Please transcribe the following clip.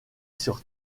sur